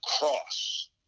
cross